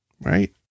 Right